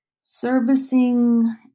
servicing